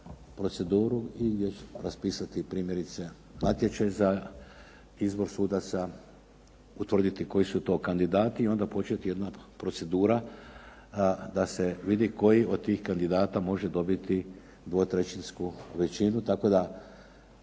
proceduru i gdje će raspisati primjerice natječaj za izbor sudaca, utvrditi koji su to kandidati i onda početi jedna procedura da se vidi koji od tih kandidata može dobiti 2/3-sku većinu tako da